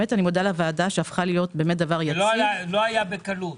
זה לא היה בקלות.